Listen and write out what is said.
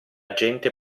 gente